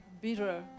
bitter